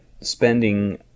spending